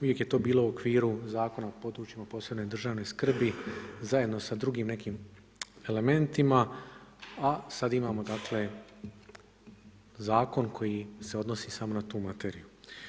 Uvijek je to bilo u okviru Zakona o područjima posebne državne skrbi zajedno sa drugim nekim elementima, a sad imamo dakle, zakon koji se odnosi samo na tu materiju.